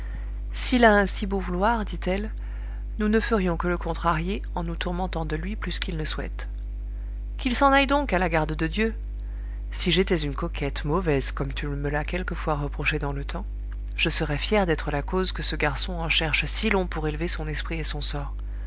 s'il a un si beau vouloir dit-elle nous ne ferions que le contrarier en nous tourmentant de lui plus qu'il ne souhaite qu'il s'en aille donc à la garde de dieu si j'étais une coquette mauvaise comme tu me l'as quelquefois reproché dans le temps je serais fière d'être la cause que ce garçon en cherche si long pour élever son esprit et son sort